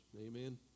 Amen